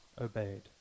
obeyed